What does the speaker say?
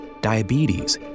diabetes